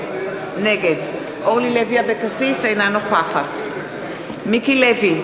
נגד אורלי לוי אבקסיס, אינה נוכחת מיקי לוי,